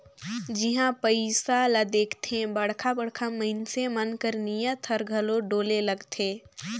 जिहां पइसा ल देखथे बड़खा बड़खा मइनसे मन कर नीयत हर घलो डोले लगथे